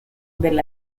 del